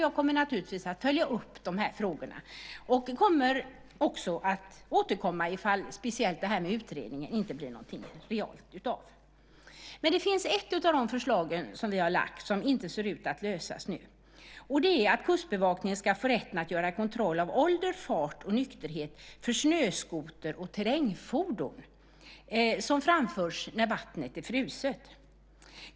Jag kommer naturligtvis att följa upp de här frågorna. Jag kommer också att återkomma, framför allt om det inte kommer något realt ut ur den här utredningen. Det finns ett förslag bland dem som vi har lagt fram i en fråga som dock inte ser ut att lösas nu. Det är att Kustbevakningen ska få rätt att göra kontroll av ålder, fart och nykterhet för snöskoter och terrängfordon som framförs när vattnet är fruset.